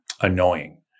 annoying